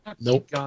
Nope